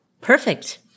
Perfect